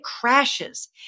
crashes